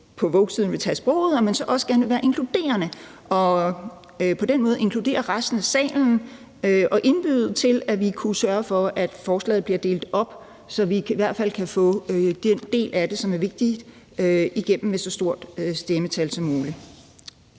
side gerne vil tage sproget på wokesiden, også gerne vil være inkluderende og på den måde inkludere resten af salen og indbyde til og sørge for, at forslaget bliver delt op, så vi i hvert fald kan få den del af det, som er vigtig, igennem med et så stort stemmetal som muligt.